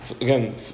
again